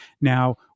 Now